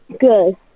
Good